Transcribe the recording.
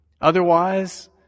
Otherwise